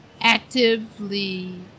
actively